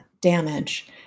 damage